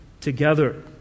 together